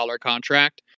contract